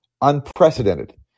Unprecedented